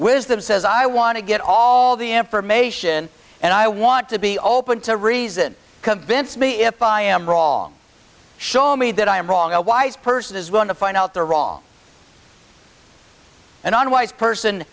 wisdom says i want to get all the information and i want to be open to reason convince me if i am wrong show me that i am wrong a wise person is going to find out the wrong and unwise person